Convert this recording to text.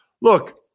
Look